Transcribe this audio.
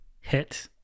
hit